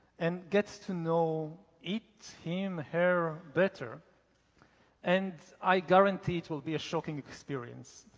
and gets to know each him, her better and i guarantee, it will be a shocking experience.